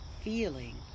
feeling